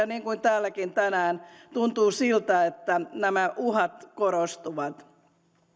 niin kuin täälläkin tänään tuntuu siltä että nämä uhat korostuvat